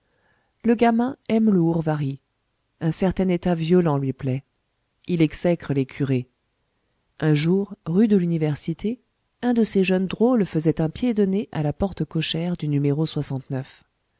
le gamin aime le hourvari un certain état violent lui plaît il exècre les curés un jour rue de l'université un de ces jeunes drôles faisait un pied de nez à la porte cochère du numéro